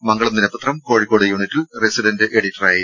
മംഗളം ദിനപത്രം കോഴിക്കോട് യൂണിറ്റിൽ റെസിഡന്റ് എഡിറ്ററായിരുന്നു